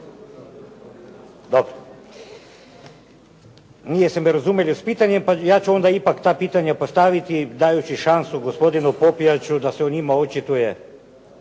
Dobro. Niste me razumjeli sa pitanjem, pa ja ću ipak ta pitanja postaviti dajući šansu gospodinu Popijaču da se o njima očituje